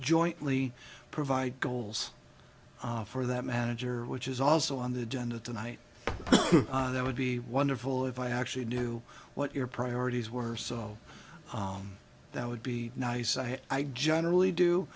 jointly provide goals for that manager which is also on the agenda tonight that would be wonderful if i actually knew what your priorities were so that would be nice i generally do